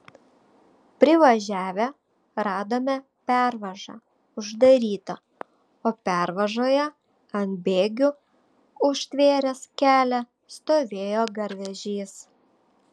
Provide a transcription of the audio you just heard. privažiavę radome pervažą uždarytą o pervažoje ant bėgių užtvėręs kelią stovėjo garvežys